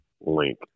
link